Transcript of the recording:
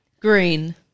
Green